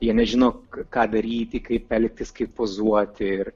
jie nežino ką daryti kaip elgtis kaip pozuoti ir